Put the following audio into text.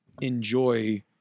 enjoy